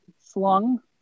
slung